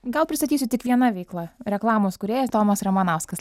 gal pristatysiu tik viena veikla reklamos kūrėjas tomas ramanauskas